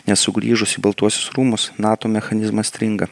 nesugrįžus į baltuosius rūmus nato mechanizmas stringa